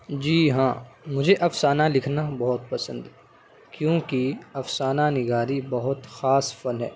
جی ہاں مجھے افسانہ لکھنا بہت پسند ہے کیوںکہ افسانہ نگاری بہت خاص فن ہے